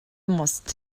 most